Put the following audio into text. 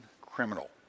criminal